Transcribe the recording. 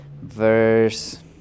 verse